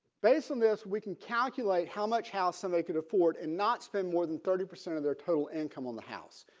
based on this we can calculate how much house and they could afford and not spend more than thirty percent of their total income on the house.